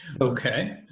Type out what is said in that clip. Okay